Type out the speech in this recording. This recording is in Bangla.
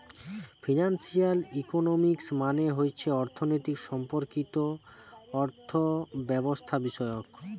ফিনান্সিয়াল ইকোনমিক্স মানে হতিছে অর্থনীতি সম্পর্কিত অর্থব্যবস্থাবিষয়ক